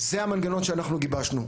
זה המנגנון שאנחנו גיבשנו.